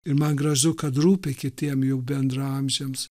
ir man gražu kad rūpi kitiems juk bendraamžiams